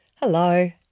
Hello